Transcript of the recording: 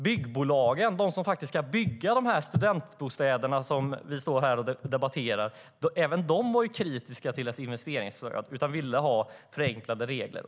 Byggbolagen, de som faktiskt ska bygga studentbostäderna som vi står här och debatterar, var även de kritiska till ett investeringsstöd. De ville ha förenklade regler.